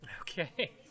Okay